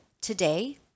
today